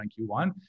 Q1